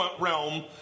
realm